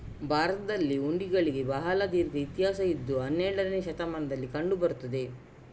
ಭಾರತದಲ್ಲಿ ಹುಂಡಿಗಳಿಗೆ ಬಹಳ ದೀರ್ಘ ಇತಿಹಾಸ ಇದ್ದು ಹನ್ನೆರಡನೇ ಶತಮಾನದಲ್ಲಿ ಕಂಡು ಬರುತ್ತದೆ